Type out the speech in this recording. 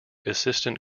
assistant